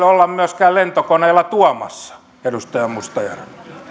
olla myöskään lentokoneella tuomassa edustaja mustajärvi